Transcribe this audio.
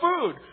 food